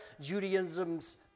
Judaism's